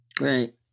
Right